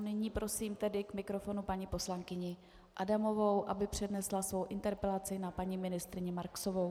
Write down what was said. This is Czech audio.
Nyní prosím tedy k mikrofonu paní poslankyni Adamovou, aby přednesla svou interpelaci na paní ministryni Marksovou.